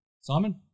Simon